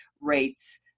rates